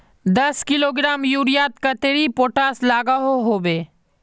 दस किलोग्राम यूरियात कतेरी पोटास लागोहो होबे?